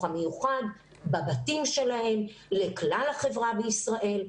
המיוחד בבתים שלהם לכלל החברה בישראל,